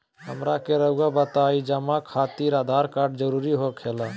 हमरा के रहुआ बताएं जमा खातिर आधार कार्ड जरूरी हो खेला?